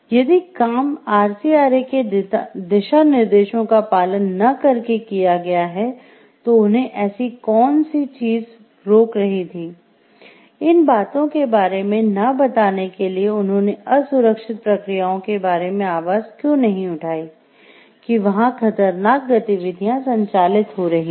यदि काम आरसीआरए के दिशानिर्देशों का पालन न करके किया गया है तो उन्हें ऐसी कौन से चीज रोक रही है इन बातों के बारे में ना बताने के लिए उन्होंने असुरक्षित प्रक्रियाओं के बारे में आवाज़ क्यों नहीं उठाई कि वहां खतरनाक गतिविधियाँ संचालित हो रहीं है